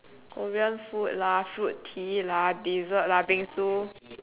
Korean food lah fruit tea lah dessert lah bingsu